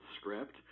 script